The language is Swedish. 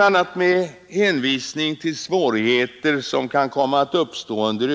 a. med hänvisning till svårigheter som kan komma att uppstå under